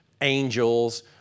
angels